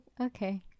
Okay